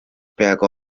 peaaegu